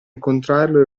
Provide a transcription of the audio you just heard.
incontrarlo